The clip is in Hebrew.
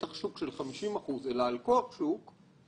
אני רוצה להתעכב איתך על המצב המשפטי הקיים.